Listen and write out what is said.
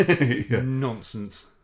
Nonsense